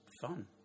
fun